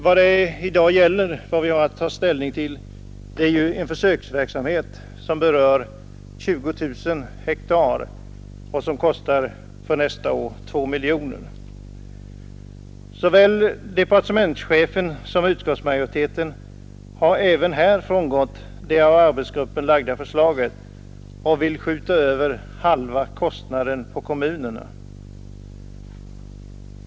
Vad det i dag gäller att ta ställning till är en försöksverksamhet, som berör 20 000 hektar och som för nästa år kostar 2 miljoner kronor. Såväl departementschefen som utskottsmajoriteten har även här frångått det av arbetsgruppen lagda förslaget och vill skjuta över halva kostnaden på kommunerna.